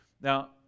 Now